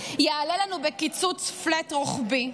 יעלה לנו בקיצוץ פלאט, רוחבי,